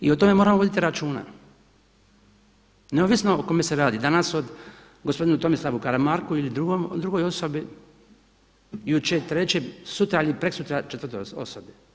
I o tome moramo voditi računa neovisno o kome se radi, danas o gospodinu Tomislavu Karamarku ili drugoj osobi, jučer trećem, sutra ili prekosutra četvrtoj osobi.